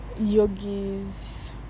yogis